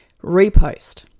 repost